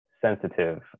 sensitive